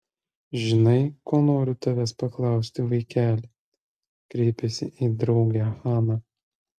žinai ko noriu tavęs paklausti vaikeli kreipėsi į draugę hana